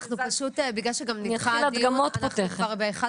אנחנו פשוט בגלל שגם נדחה הדיון אנחנו כבר ב-13:00